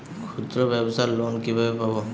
ক্ষুদ্রব্যাবসার লোন কিভাবে পাব?